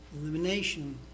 elimination